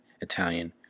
Italian